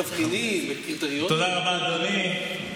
תודה רבה, אדוני.